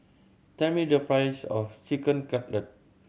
tell me the price of Chicken Cutlet